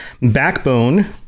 Backbone